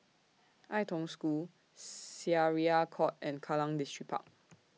Ai Tong School Syariah Court and Kallang Distripark